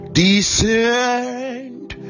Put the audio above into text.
descend